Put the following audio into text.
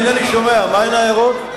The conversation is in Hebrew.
אני אינני שומע, מה הן ההערות?